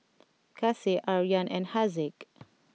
Kasih Aryan and Haziq